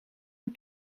een